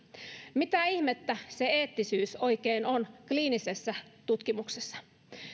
mitä ihmettä se eettisyys oikein on kliinisessä tutkimuksessa